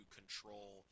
control